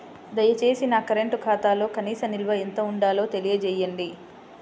దయచేసి నా కరెంటు ఖాతాలో కనీస నిల్వ ఎంత ఉండాలో తెలియజేయండి